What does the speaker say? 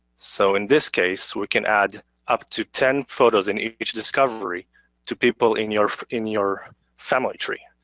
so in this case we can add up to ten photos in each discovery to people in your in your family tree.